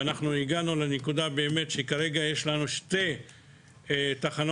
הגענו לנקודה שבה כרגע נבנות שתי תחנות